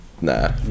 nah